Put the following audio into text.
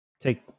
take